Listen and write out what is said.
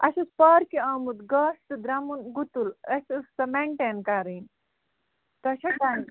اَسہِ اوس پارکہِ آمُت گاسہٕ تہٕ درٛمُن گُتُل اَسہِ ٲس سۄ مٮ۪نٹین کَرٕنۍ تۄہہِ چھَو